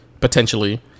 potentially